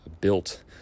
built